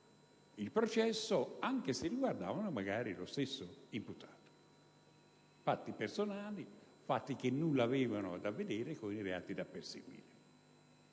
il processo, anche se riguardavano magari lo stesso imputato, ovvero fatti personali, che nulla avevano a che vedere con i reati da perseguire.